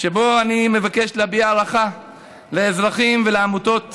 שבו אני מבקש להביע הערכה לאזרחים ולעמותות